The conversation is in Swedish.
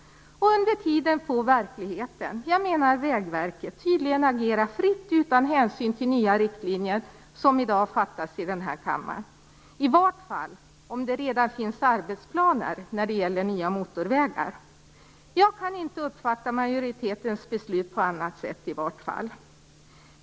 Under tiden får verkligheten, dvs. Vägverket, tydligen agera fritt utan hänsyn till nya riktlinjer som i dag fattas i den här kammaren, i varje fall om det redan finns arbetsplaner när det gäller nya motorvägar. Jag kan inte uppfatta majoritetens beslut på annat sätt.